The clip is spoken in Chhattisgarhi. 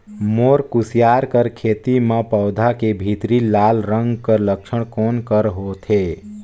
मोर कुसियार कर खेती म पौधा के भीतरी लाल रंग कर लक्षण कौन कर होथे?